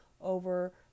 over